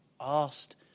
asked